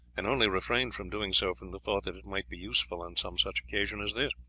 and only refrained from doing so from the thought that it might be useful on some such occasion as this.